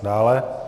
Dále.